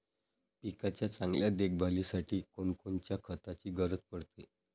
पिकाच्या चांगल्या देखभालीसाठी कोनकोनच्या खताची गरज पडते?